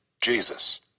Jesus